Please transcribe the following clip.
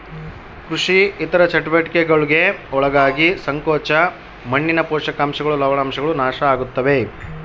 ಕೃಷಿ ಇತರ ಚಟುವಟಿಕೆಗುಳ್ಗೆ ಒಳಗಾಗಿ ಸಂಕೋಚ ಮಣ್ಣಿನ ಪೋಷಕಾಂಶಗಳು ಲವಣಾಂಶಗಳು ನಾಶ ಆಗುತ್ತವೆ